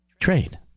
Trade